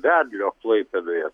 vedlio klaipėdoje